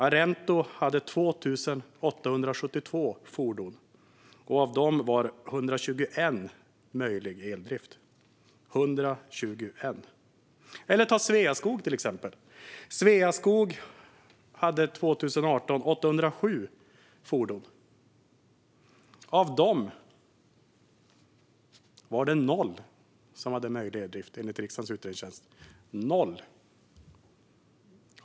Arento hade 2 872 fordon, och av dem hade 121 möjlighet till eldrift. Eller ta Sveaskog. År 2018 hade Sveaskog 807 fordon. Av dem var det noll som hade möjlighet till eldrift, enligt riksdagens utredningstjänst. Noll!